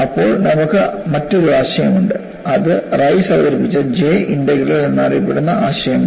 അപ്പോൾ നമുക്ക് മറ്റൊരു ആശയം ഉണ്ട് അത് റൈസ് അവതരിപ്പിച്ച J ഇന്റഗ്രൽ എന്നറിയപ്പെടുന്ന ആശയമാണ്